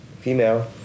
Female